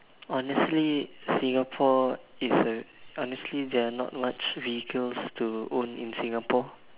honestly Singapore is a honestly there are not much vehicles to own in Singapore